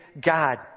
god